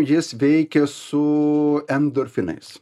jis veikia su endorfinais